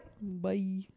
bye